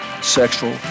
sexual